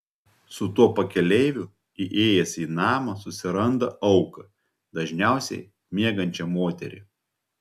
su tuo pakeleiviu įėjęs į namą susiranda auką dažniausiai miegančią moterį